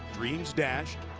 dreams dashed.